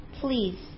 please